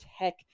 Tech